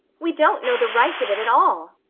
we don't know the rights of it at all.